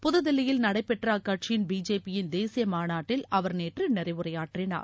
புதுதில்லியில் நடைபெற்ற அக்கட்சியின் பிஜேபியின் தேசிய மாநாட்டில் அவர் நேற்று நிறைவுரையாற்றினார்